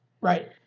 Right